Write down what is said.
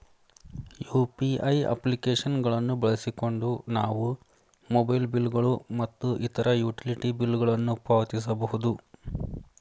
UPI application ಗಳನ್ನು ಬಳಸಿಕೊಂಡು ನಾವು ಮೊಬೈಲ್ ಬಿಲ್ ಗಳು ಮತ್ತು ಇತರ ಯುಟಿಲಿಟಿ ಬಿಲ್ ಗಳನ್ನು ಪಾವತಿಸಬಹುದು